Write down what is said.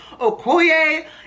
Okoye